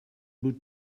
would